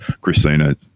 Christina